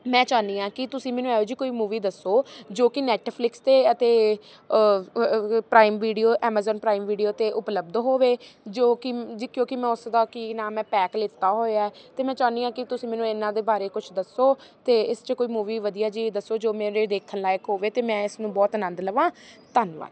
ਮੈਂ ਚਾਹੁੰਦੀ ਹਾਂ ਕਿ ਤੁਸੀਂ ਮੈਨੂੰ ਇਹੋ ਜਿਹੀ ਕੋਈ ਮੂਵੀ ਦੱਸੋ ਜੋ ਕਿ ਨੈੱਟਫਲਿਕਸ 'ਤੇ ਅਤੇ prime video Amazon prime video 'ਤੇ ਉਪਲਬਧ ਹੋਵੇ ਜੋ ਕਿ ਕਿਉਂਕਿ ਮੈਂ ਉਸ ਦਾ ਕੀ ਨਾਮ ਹੈ ਪੈਕ ਲਿੱਤਾ ਹੋਇਆ ਅਤੇ ਮੈਂ ਚਾਹੁੰਦੀ ਹਾਂ ਕਿ ਤੁਸੀਂ ਮੈਨੂੰ ਇਨ੍ਹਾਂ ਦੇ ਬਾਰੇ ਕੁਛ ਦੱਸੋ ਅਤੇ ਇਸ 'ਚ ਕੋਈ ਮੂਵੀ ਵਧੀਆ ਜਿਹੀ ਦੱਸੋ ਜੋ ਮੇਰੇ ਦੇਖਣ ਲਾਇਕ ਹੋਵੇ ਅਤੇ ਮੈਂ ਇਸਨੂੰ ਬਹੁਤ ਅਨੰਦ ਲਵਾਂ ਧੰਨਵਾਦ